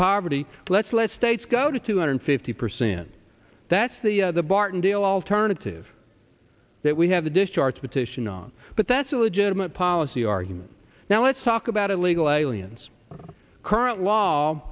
poverty let's let states go to two hundred fifty percent that's the the barton deal alternative that we have a discharge petition on but that's a legitimate policy argument now let's talk about illegal aliens current law